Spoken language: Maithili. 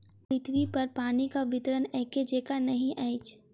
पृथ्वीपर पानिक वितरण एकै जेंका नहि अछि